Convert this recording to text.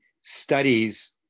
studies